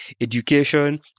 education